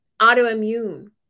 autoimmune